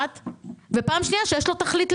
ויש לו תכלית.